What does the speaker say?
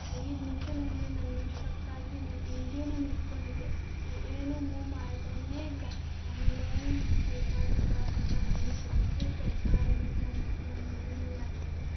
ಐದು ನಿಮ್ಷದಲ್ಲಿ ನಾನು ಸ್ಟ್ರಕ್ಕಾಗಿ ನಾನು ಹಿಂಗೇನೇ ನಿಂತ್ಕೊಂಡಿದ್ದೆ ನಾನೇನು ಮೂವ್ ಮಾಡ್ತಾನೇ ಇಲ್ಲ ಆಮೇಲೆ ಸ್ವಲ್ಪ ಸ್ವಲ್ಪ ಸ್ವಲ್ಪ ನನ್ನ ಫ್ರೆಂಡ್ಸು ಸ್ವಲ್ಪ ನನ್ನ ನನ್ನ ಮೇಲೆ ನೀರು ಹಾಕ್ತಾ ಇದೆ